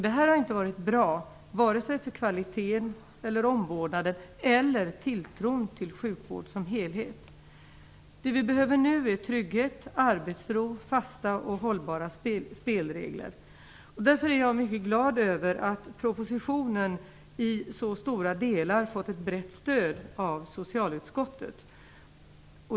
Det har inte varit bra, vare sig för kvaliteten och omvårdnaden eller tilltron till sjukvården som helhet. Det vi behöver nu är trygghet, arbetsro, fasta och hållbara spelregler. Därför är jag mycket glad över att propositionen i så stora delar fått ett brett stöd av socialutskottet.